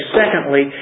secondly